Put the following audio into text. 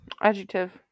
Adjective